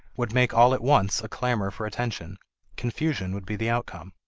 would make all at once a clamor for attention confusion would be the outcome.